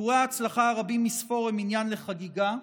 סיפורי ההצלחה הרבים מספור הם עניין לחגיגה,